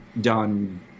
done